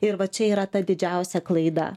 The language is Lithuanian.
ir va čia yra ta didžiausia klaida